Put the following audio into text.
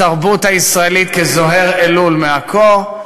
בתרבות הישראלית כזוהיר אלול מעכו,